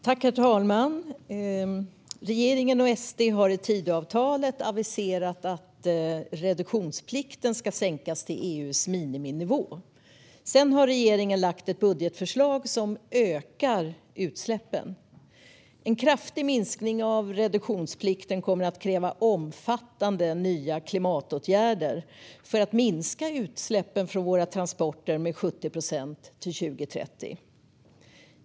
Herr talman! Regeringen och SD har i Tidöavtalet aviserat att reduktionsplikten ska sänkas till EU:s miniminivå. Sedan har regeringen lagt fram ett budgetförslag som ökar utsläppen. En kraftig minskning av reduktionsplikten kommer att kräva omfattande nya klimatåtgärder för att minska utsläppen från våra transporter med 70 procent till 2030.